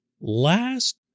last